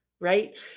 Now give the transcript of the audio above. Right